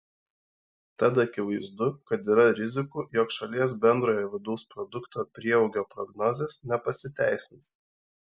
tad akivaizdu kad yra rizikų jog šalies bendrojo vidaus produkto prieaugio prognozės nepasiteisins